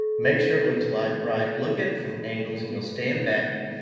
make sure it looks like right, look at it from angles, you know stand back,